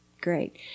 great